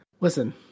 listen